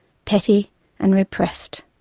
petty and repressed.